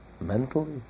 Mentally